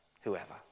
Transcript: whoever